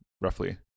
roughly